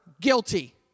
guilty